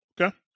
Okay